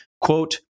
quote